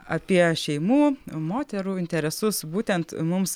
apie šeimų moterų interesus būtent mums